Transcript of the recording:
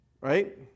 Right